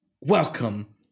Welcome